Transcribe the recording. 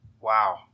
Wow